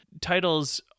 titles